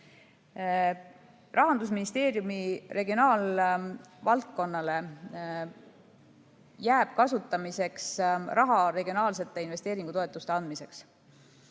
Rahandusministeeriumi regionaalvaldkonnale jääb kasutamiseks raha regionaalsete investeeringutoetuste andmiseks,